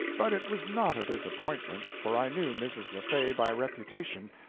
but it was not a disappointment, for i knew mrs. le fay by reputation,